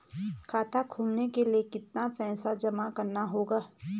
खाता खोलने के लिये कितना पैसा जमा करना होगा?